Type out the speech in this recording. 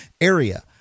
area